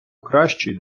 кращий